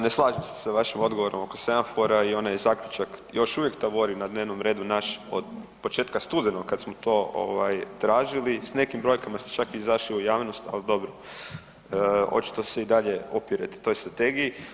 Ne slažem se sa vašim odgovorom oko semafora i onaj zaključak, još uvijek tavori na dnevnom redu naš od početka studenog kad smo to tražili, s nekim brojkama sam čak izašao u javnost ali dobro, očito se i dalje opirete toj strategiji.